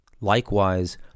Likewise